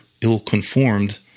ill-conformed